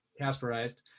Casperized